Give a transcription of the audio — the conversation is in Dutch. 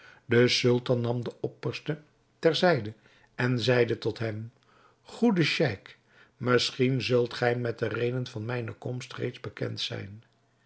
de sultan nam den opperste ter zijde en zeide tot hem goede scheik misschien zult gij met de reden van mijne komst reeds bekend zijn